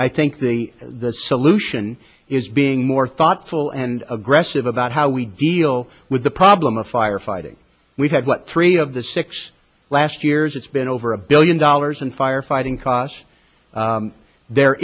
i think the the solution is being more thoughtful and aggressive about how we deal with the problem of firefighting we've had what three of the six last year it's been over a billion dollars in firefighting costs there